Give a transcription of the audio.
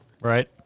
Right